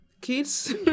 kids